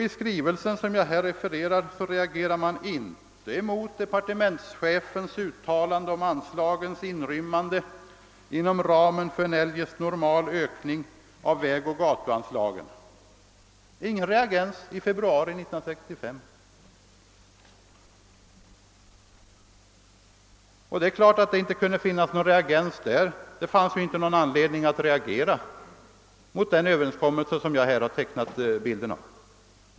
I skrivelsen reagerade man inte mot departementschefens uttalande om anslagens inrymmande inom ramen för en eljest normal ökning av vägoch gatuanslagen. Det fanns ingen reaktion i februari 1965. Det är klart att det inte kunde finnas någon reaktion där, eftersom det inte fanns någon anledning att reagera mot den överenskommelse som jag här har tecknat bilden av.